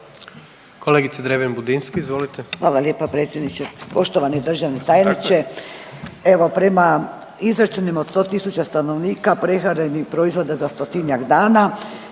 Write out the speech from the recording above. izvolite. **Dreven Budinski, Nadica (HDZ)** Hvala lijepa predsjedniče. Poštovani državni tajniče, evo prema izračunima od 100 tisuća stanovnika prehrambenih proizvoda za 100-tinjak dana